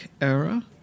era